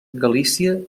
galícia